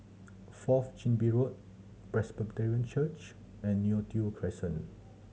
Fourth Chin Bee Road Presbyterian Church and Neo Tiew Crescent